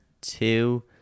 two